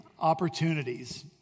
opportunities